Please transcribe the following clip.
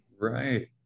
Right